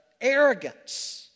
arrogance